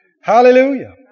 Hallelujah